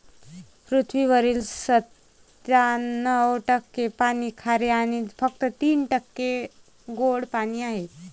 पृथ्वीवरील सत्त्याण्णव टक्के पाणी खारे आणि फक्त तीन टक्के गोडे पाणी आहे